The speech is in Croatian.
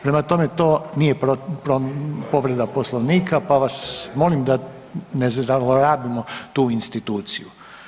Prema tome, to nije povreda Poslovnika pa vas molim da ne zlorabimo tu instituciju.